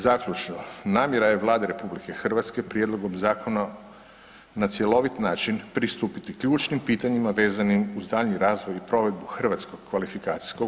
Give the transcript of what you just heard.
Zaključno, namjera je Vlade RH prijedlogom zakona na cjelovit način pristupiti ključnim pitanjima vezanim uz daljnji razvoj i provedbu HKO-a.